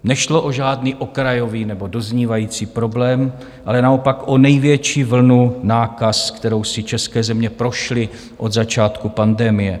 Nešlo o žádný okrajový nebo doznívající problém, ale naopak o největší vlnu nákaz, kterou si české země prošly od začátku pandemie.